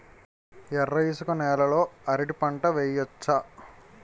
ఎర్ర ఇసుక నేల లో అరటి పంట వెయ్యచ్చా?